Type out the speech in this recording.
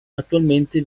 attualmente